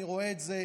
אני רואה את זה,